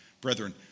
Brethren